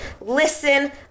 listen